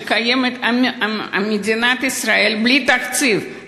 שקיימת מדינת ישראל בלי תקציב,